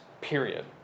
period